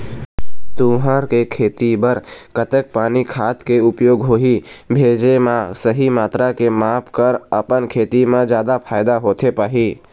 तुंहर के खेती बर कतेक पानी खाद के उपयोग होही भेजे मा सही मात्रा के माप कर अपन खेती मा जादा फायदा होथे पाही?